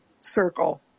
circle